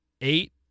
eight